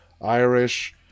Irish